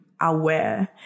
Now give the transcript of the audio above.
aware